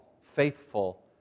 faithful